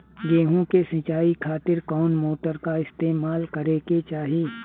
गेहूं के सिंचाई खातिर कौन मोटर का इस्तेमाल करे के चाहीं?